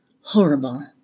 Horrible